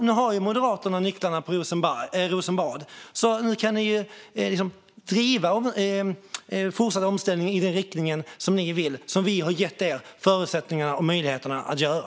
Nu har Moderaterna nycklarna till Rosenbad. Nu kan ni ju driva en fortsatt omställning i den riktning som ni vill, vilket vi har gett er förutsättningar för och möjligheter att göra.